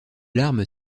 larmes